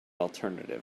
alternative